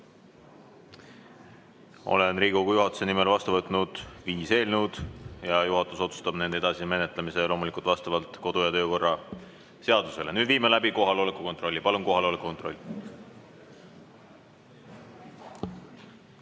Olen Riigikogu juhatuse nimel vastu võtnud viis eelnõu ja juhatus otsustab nende edasise menetlemise loomulikult vastavalt kodu- ja töökorra seadusele. Nüüd viime läbi kohaloleku kontrolli. Olen Riigikogu juhatuse